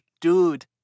dude